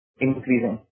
increasing